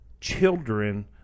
children